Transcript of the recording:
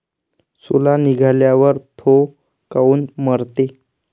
सोला निघाल्यावर थो काऊन मरते?